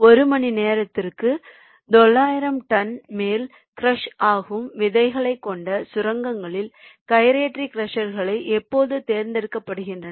ஒரு மணி நேரத்திற்கு 900 டன்களுக்கு மேல் க்ரஷ் ஆகும் விகிதங்களைக் கொண்ட சுரங்கங்களில் கைரேட்டரி க்ரஷர்களை எப்போதும் தேர்ந்தெடுக்கப்படுகின்றன